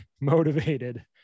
motivated